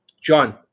John